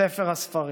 ספר הספרים.